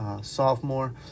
sophomore